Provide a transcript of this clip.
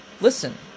Listen